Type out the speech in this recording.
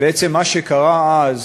בעצם מה שקרה אז,